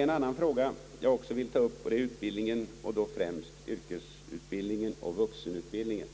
En annan fråga jag vill ta upp är utbildningen — och då främst yrkesutbildningen och vuxenutbildningen.